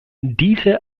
diese